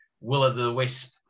will-o'-the-wisp